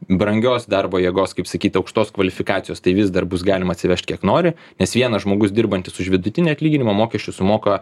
brangios darbo jėgos kaip sakyt aukštos kvalifikacijos tai vis dar bus galima atsivežt kiek nori nes vienas žmogus dirbantis už vidutinį atlyginimą mokesčių sumoka